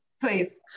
Please